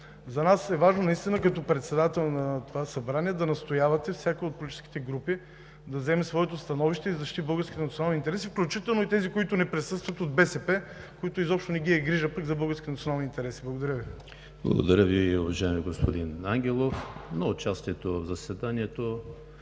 За нас е важно като председател на това Събрание да настоявате всяка от политическите групи да вземе своето становище и да защити българските национални интереси, включително и тези, които не присъстват – от БСП, които пък изобщо не ги е грижа за българските национални интереси. Благодаря Ви. ПРЕДСЕДАТЕЛ ЕМИЛ ХРИСТОВ: Благодаря Ви, уважаеми господин Ангелов. Участието в заседанието